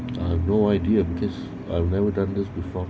I have no idea because I've never done this before